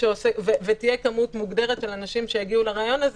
ויהיה מספר מוגדר של אנשים שיגיעו לריאיון הזה